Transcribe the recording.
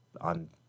on